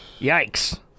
Yikes